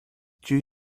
due